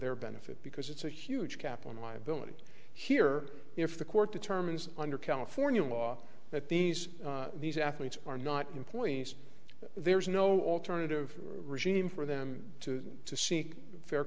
their benefit because it's a huge cap on liability here if the court determines under california law that these these athletes are not employees there is no alternative regime for them to to seek fair